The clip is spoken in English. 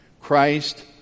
Christ